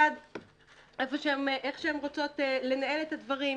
ועד איך שהן רוצות לנהל את הדברים.